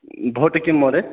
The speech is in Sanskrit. भवति किं महोदय